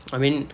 I mean